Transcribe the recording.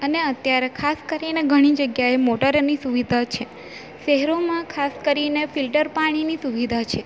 અને અત્યારે ખાસ કરીને ઘણી જગ્યાએ મોટરોની સુવિધા છે શહેરોમાં ખાસ કરીને ફિલ્ટર પાણીની સુવિધા છે